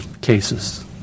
cases